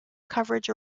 coverage